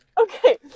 okay